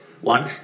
one